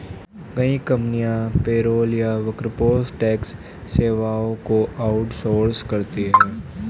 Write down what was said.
कई कंपनियां पेरोल या वर्कफोर्स टैक्स सेवाओं को आउट सोर्स करती है